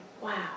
wow